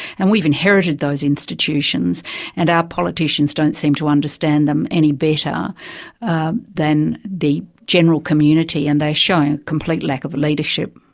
and we've inherited those institutions and our politicians don't seem to understand them any better than the general community, and they've shown a complete lack of leadership.